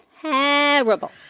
terrible